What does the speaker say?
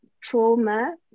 trauma